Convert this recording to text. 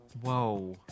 Whoa